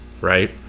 right